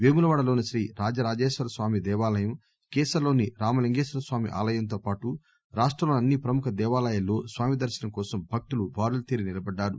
పేములవాడలోని శ్రీ రాజరాజేశ్వర స్వామి దేవాలయం కీసరలోని రామలింగేశ్వర స్వామి ఆలయంతో పాటు రాష్టంలోని అన్ని ప్రముఖ దేవాలయాల్లో స్వామి దర్పనం కోసం భక్తులు బారులు తీరి నిలబడ్డారు